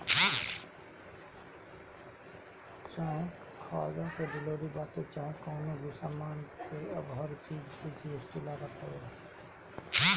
चाहे खाना के डिलीवरी बाटे चाहे कवनो भी सामान के अब हर चीज पे जी.एस.टी लागत हवे